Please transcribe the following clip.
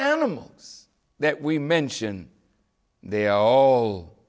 animals that we mention they a